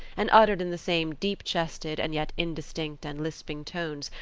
and uttered in the same deep-chested, and yet indistinct and lisping tones,